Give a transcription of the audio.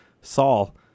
Saul